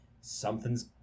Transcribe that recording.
something's